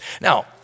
Now